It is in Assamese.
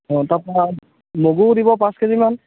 অঁ তাৰপৰা মগু দিব পাঁচ কেজিমান